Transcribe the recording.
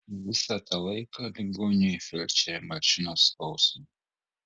visą tą laiką ligoniui felčerė malšino skausmą